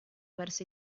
verso